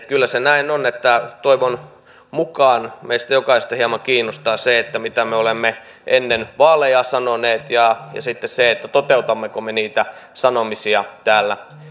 kyllä se näin on että toivon mukaan meistä jokaista hieman kiinnostaa se mitä me olemme ennen vaaleja sanoneet ja sitten se toteutammeko me niitä sanomisia täällä